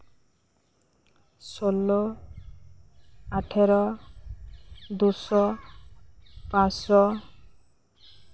ᱥᱳᱞᱞᱳ ᱟᱴᱷᱚᱨᱚ ᱫᱩᱥᱚ ᱯᱟᱸᱥᱥᱚ